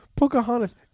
Pocahontas